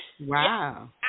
Wow